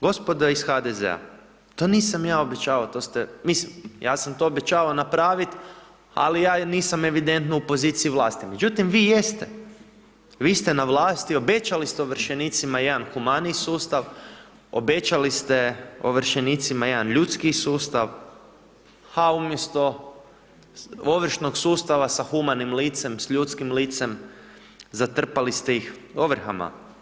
Gospodo iz HDZ-a, to nisam ja obećavao, to ste, mislim, ja sam to obećavao napravit, ali ja nisam evidentno u poziciji vlasti, međutim, vi jeste, vi ste na vlasti, obećali ste ovršenicima jedan humaniji sustav, obećali ste ovršenicima jedan ljudskiji sustav, a umjesto ovršnog sustava sa humanim licem, s ljudskim licem, zatrpali ste ih ovrhama.